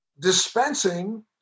dispensing